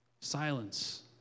Silence